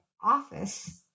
office